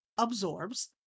Absorbs